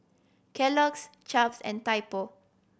Kellogg's Chaps and Typo